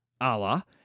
Allah